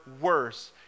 worse